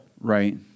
Right